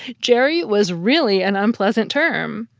jerry was really an unpleasant term.